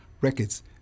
records